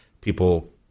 people